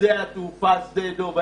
שדה התעופה שדה דב.